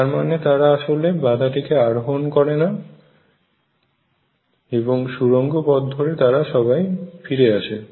তার মানে তারা আসলে বাধাটিকে আরোহন করে না এবং সুরঙ্গ পথ ধরে তারা সবাই ফিরে আসে